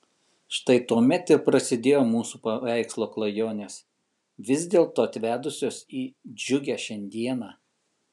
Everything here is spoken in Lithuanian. štai tuomet ir prasidėjo mūsų paveikslo klajonės vis dėlto atvedusios į džiugią šiandieną